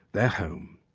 their home.